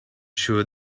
sure